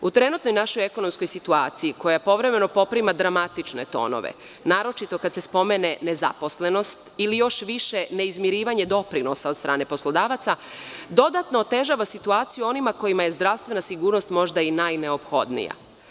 U trenutnoj našoj ekonomskoj situaciji koja povremeno poprima dramatične tonove, naročito kada se spomene nezaposlenost ili još više neizmirivanje doprinosa od strane poslodavaca, dodatno otežava situaciju onima kojima je zdravstvena sigurnost možda i najneophodnija.